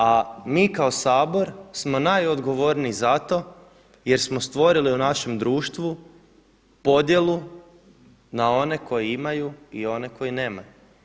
A mi kao Sabor smo najodgovorniji za to jer smo stvorili u našem društvu podjelu na one koji imaju ione koji nemaju.